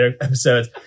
episodes